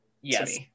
Yes